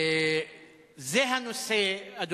בבקשה, חבר הכנסת חנין, הבמה לרשותך.